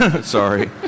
sorry